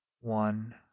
One